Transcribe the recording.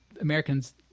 Americans